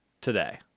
today